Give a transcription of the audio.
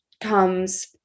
comes